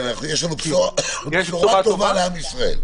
יש לנו בשורה טובה לעם ישראל.